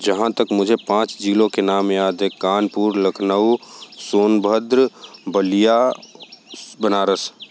जहाँ तक मुझे पाँच ज़िलों के नाम याद हैं कानपुर लखनऊ सोनभद्र बलिया बनारस